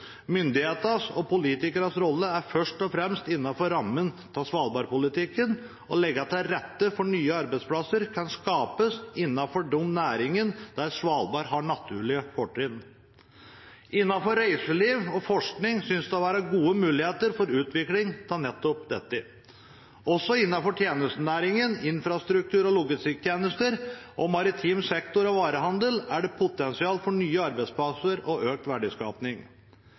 Myndighetenes og politikernes rolle er først og fremst innenfor rammen av svalbardpolitikken å legge til rette for at nye arbeidsplasser kan skapes innenfor de næringene der Svalbard har naturlige fortrinn. Innenfor reiseliv og forskning synes det å være gode muligheter for utvikling av nettopp dette. Også innenfor tjenestenæringen, infrastruktur og logistikktjenester, maritim sektor og varehandel er det potensial for nye arbeidsplasser og økt